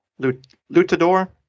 Lutador